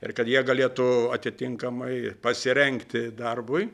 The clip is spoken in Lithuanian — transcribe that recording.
ir kad jie galėtų atitinkamai pasirengti darbui